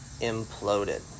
imploded